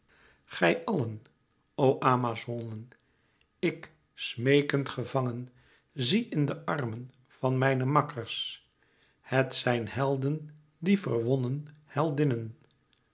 gij allen o amazonen ik smeekend gevangen zie in de armen van mijne makkers het zijn helden die verwonnen heldinnen